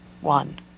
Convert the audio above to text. one